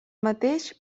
mateix